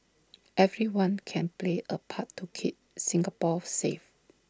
everyone can play A part to keep Singapore safe